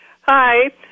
Hi